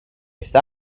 sta